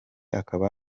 akaba